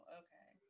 okay